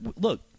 look